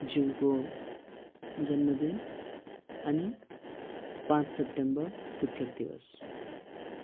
ज्यूको जन्मदिन अनि पाँच सेप्टेम्बर शिक्षक दिवस